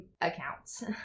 accounts